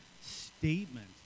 statement